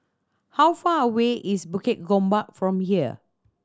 how far away is Bukit Gombak from here